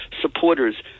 supporters